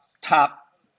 top